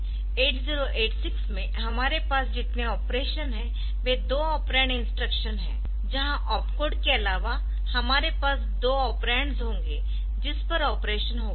8086 में हमारे पास जितने ऑपरेशन है वे दो ऑपरेंड इंस्ट्रक्शनहै जहां ऑपकोड के अलावा हमारे पास दो ऑपरेंडस होंगे जिस पर ऑपरेशन होगा